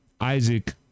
Isaac